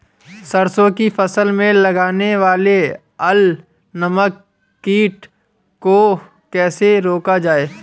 सरसों की फसल में लगने वाले अल नामक कीट को कैसे रोका जाए?